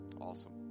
Awesome